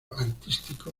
artístico